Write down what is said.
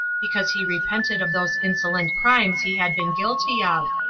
because he repented of those insolent crimes he had been guilty of,